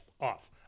off